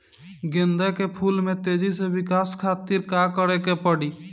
गेंदा के फूल में तेजी से विकास खातिर का करे के पड़ी?